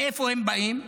מאיפה הם באים?